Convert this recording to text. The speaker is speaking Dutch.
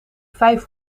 vijf